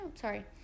sorry